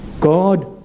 God